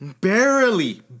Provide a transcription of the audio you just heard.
Barely